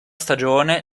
stagione